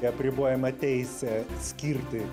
į apribojamą teisę skirti